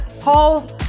Paul